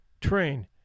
train